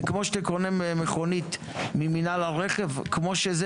זה כמו שאתה קונה מכונית ממינהל הרכב כמו שזה,